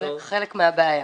זה חלק מהבעיה.